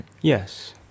Yes